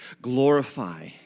glorify